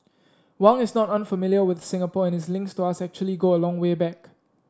Wang is not unfamiliar with Singapore and his links to us actually go a long way back